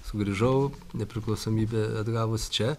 sugrįžau nepriklausomybę atgavus čia